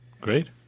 Great